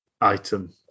item